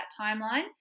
timeline